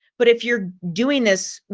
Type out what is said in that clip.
but if you're doing this,